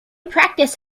practice